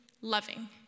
loving